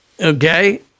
okay